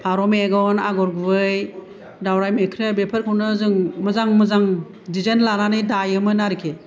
फारौ मेगन आगर गुबै दाउराय मोख्रेब बेफोरखौनो जों मोजां मोजां दिजाइन लानानै दायोमोन आरोखि